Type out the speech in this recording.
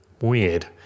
Weird